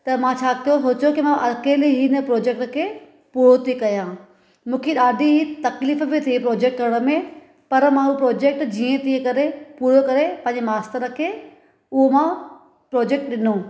त मां छा कयो हो छो की मां अकेले हिन प्रोजेक्ट के पूरो थी कयां मूंखे ॾाढी़ ई तकलीफ़ु बि थिए प्रोजेक्ट करण में पर मां हूं प्रोजेक्ट जीअं तीअं करे पूरो करे पंहिंजे मास्टर खे उहो मां प्रोजेक्ट ॾिनमि